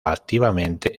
activamente